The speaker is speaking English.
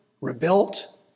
rebuilt